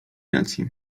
rację